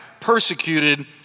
persecuted